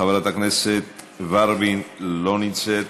חברת הכנסת ורבין לא נמצאת,